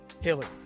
hillary